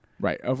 Right